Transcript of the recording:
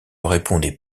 répondait